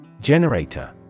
Generator